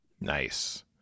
Nice